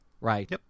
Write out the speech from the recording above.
Right